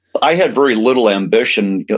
i had very little ambition.